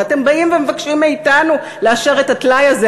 ואתם באים ומבקשים מאתנו לאשר את הטלאי הזה.